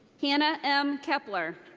hannah m. kepler.